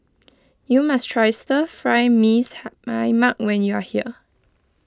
you must try Stir Fry Mee my Mak when you are here